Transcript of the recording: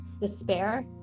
despair